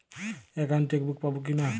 Account chequebook পাবো কি না?